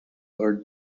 are